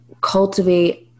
cultivate